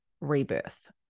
rebirth